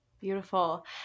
Beautiful